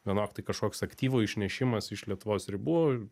vienok tai kažkoks aktyvo išnešimas iš lietuvos ribų